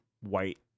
white